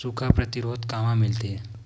सुखा प्रतिरोध कामा मिलथे?